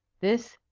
this,